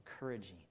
encouraging